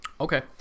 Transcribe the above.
Okay